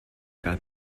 kaa